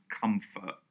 comfort